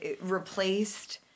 replaced